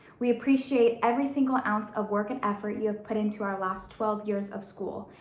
we appreciate every single ounce of work and effort you have put into our last twelve years of school,